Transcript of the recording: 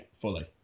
fully